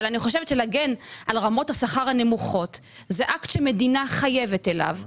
אבל אני חושבת שלהגן על רמות השכר הנמוכות זה אקט שמדינה חייבת אליו.